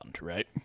right